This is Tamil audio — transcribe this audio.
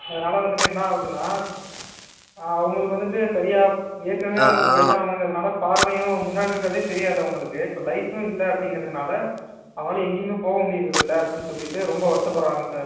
அதனால் வந்துவிட்டு என்னாவுதுன்னா அவங்களுக்கு வந்துவிட்டு சரியாக ஏற்கனவே அவங்களுக்கு வயசானவங்கங்கிறதுனால பார்வையும் முன்னாடி இருக்கிறதே தெரியாது அவங்களுக்கு இப்போ லைட்டும் இல்லை அப்படிங்கிறதுனால அவங்களால எங்கேயுமே போக முடியுறதில்லை அப்படின் சொல்லிவிட்டு ரொம்ப வருத்தப்படுறாங்க சார்